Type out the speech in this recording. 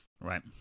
right